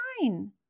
fine